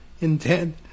intent